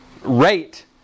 rate